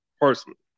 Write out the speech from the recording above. personally